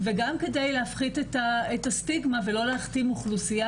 וגם כדי להפחית את הסטיגמה ולא להכתים אוכלוסייה